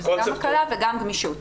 שזו גם הקלה וגם גמישות.